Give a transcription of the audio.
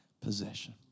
possession